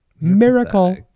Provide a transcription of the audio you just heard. Miracle